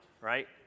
right